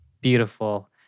beautiful